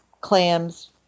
clams